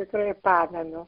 tikrai pamenu